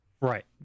Right